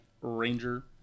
Ranger